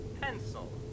Pencil